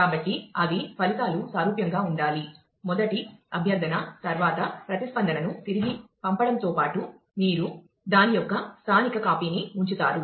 కాబట్టి అవి ఫలితాలు సారూప్యంగా ఉండాలి మొదటి అభ్యర్థన తర్వాత ప్రతిస్పందనను తిరిగి పంపడంతో పాటు మీరు దాని యొక్క స్థానిక కాపీని ఉంచుతారు